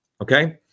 Okay